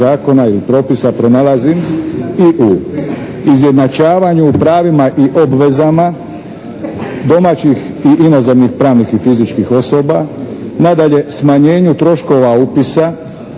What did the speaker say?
i u izjednačavanju u pravima i obvezama domaćih i inozemnih pravnih i fizičkih osoba. Nadalje, smanjenju troškova upisa,